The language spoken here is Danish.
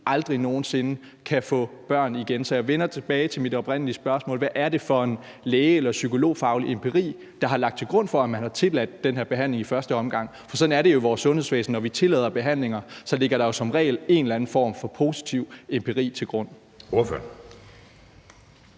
aldrig nogen sinde kan få børn mere. Så jeg vender tilbage til mit oprindelige spørgsmål: Hvad er det for en læge- eller psykologfaglig empiri, der er blevet lagt til grund for, at man har tilladt den her behandling i første omgang? For sådan er det jo i vores sundhedsvæsen: Når vi tillader behandlinger, ligger der jo som regel en eller anden form for positiv empiri til grund.